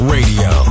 Radio